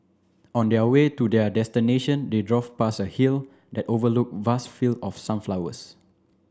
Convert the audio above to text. on their way to their destination they drove past a hill that overlooked vast field of sunflowers